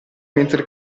mentre